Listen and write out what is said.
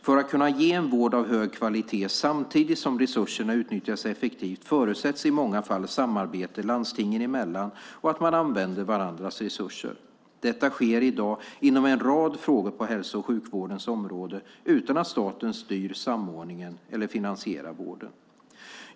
För att kunna ge en vård av hög kvalitet samtidigt som resurserna utnyttjas effektivt förutsätts i många fall samarbete landstingen emellan och att man använder varandras resurser. Detta sker i dag inom en rad frågor på hälso och sjukvårdens område utan att staten styr samordningen eller finansierar vården.